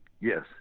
Yes